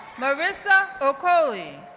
marissa okoli,